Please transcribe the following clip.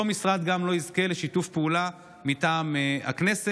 אותו משרד גם לא יזכה לשיתוף פעולה מטעם הכנסת.